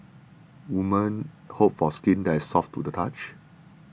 women hope for skin that is soft to the touch